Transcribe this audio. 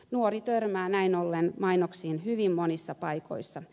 nuori törmää näin ollen mainoksiin hyvin monissa paikoissa